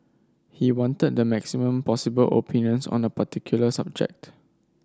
he wanted the maximum possible opinions on a particular subject